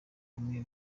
bamwe